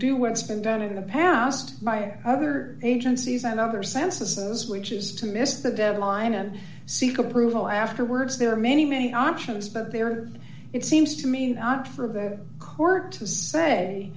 do what has been done in the past by other agencies and other censuses which is to miss the deadline and seek approval afterwards there are many many options but there are it seems to me not for the court to say